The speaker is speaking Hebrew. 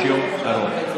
יש יום ארוך.